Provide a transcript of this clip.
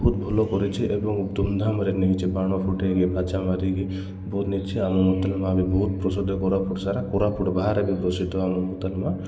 ବହୁତ ଭଲ କରିଚେ ଏବଂ ଧୁମଧାମରେ ନେଇଚେ ବାଣ ଫୁଟେଇକି ବାଜା ମାରିକି ବହୁତ ନେଇଛେ ଆମ ମୁଦନ ମା ବି ବହୁତ ପ୍ରସିଦ୍ଧ କୋରାପୁଟ ସାରା କୋରାପୁଟ ବାହାରେ ବି ପ୍ରସିଦ୍ଧ ଆମ ମୂତନ ମା'